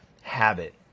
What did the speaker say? habit